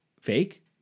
fake